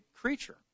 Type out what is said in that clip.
creature